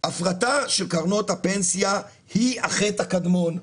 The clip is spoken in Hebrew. שההפרטה של קרנות הפנסיה היא החטא הקדמון.